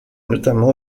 notamment